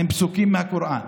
עם פסוקים מהקוראן.